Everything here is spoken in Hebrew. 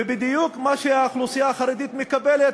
ובדיוק מה שהאוכלוסייה החרדית מקבלת,